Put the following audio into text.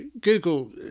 google